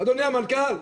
אדוני המנכ"ל,